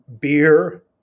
beer